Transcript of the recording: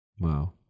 Wow